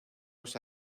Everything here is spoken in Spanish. los